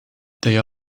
they